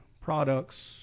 products